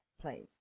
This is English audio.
please